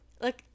Look